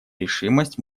решимость